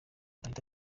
anitha